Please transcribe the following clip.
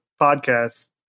podcast